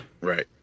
Right